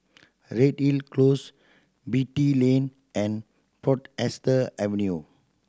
Redhill Close Beatty Lane and port ester Avenue